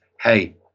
hey